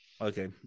Okay